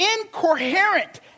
incoherent